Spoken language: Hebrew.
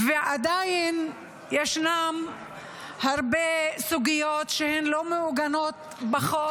ועדיין, ישנן הרבה סוגיות שלא מעוגנות בחוק.